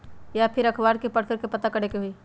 या फिर अखबार में पढ़कर के पता करे के होई?